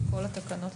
כל התקנות,